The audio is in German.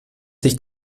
sich